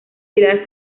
pilar